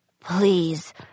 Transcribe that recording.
Please